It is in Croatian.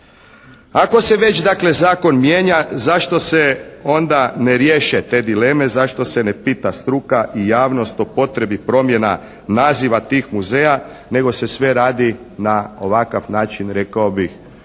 Ako se već dakle zakon mijenja, zašto se onda ne riješe te dileme, zašto se ne pita struka i javnost o potrebi promjena naziva tih muzeja nego se sve radi na ovakav način rekao bih